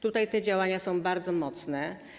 Tutaj te działania są bardzo mocne.